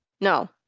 No